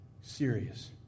serious